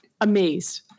amazed